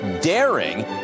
daring